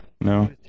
No